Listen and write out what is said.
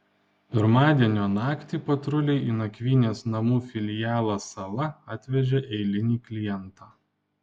pirmadienio naktį patruliai į nakvynės namų filialą sala atvežė eilinį klientą